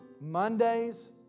Mondays